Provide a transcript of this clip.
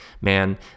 Man